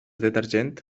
detergent